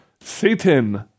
Satan